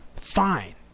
fine